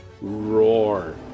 roar